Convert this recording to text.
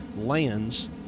lands